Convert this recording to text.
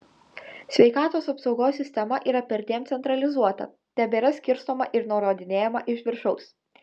sveikatos apsaugos sistema yra perdėm centralizuota tebėra skirstoma ir nurodinėjama iš viršaus